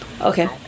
Okay